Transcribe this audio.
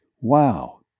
Wow